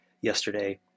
yesterday